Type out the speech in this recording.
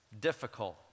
difficult